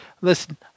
Listen